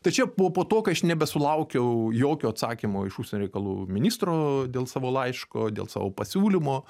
tai čia buvo po to kai aš nebesulaukiau jokio atsakymo iš užsienio reikalų ministro dėl savo laiško dėl savo pasiūlymo